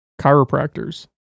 chiropractors